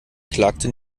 klagte